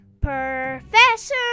Professor